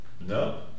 No